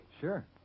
Sure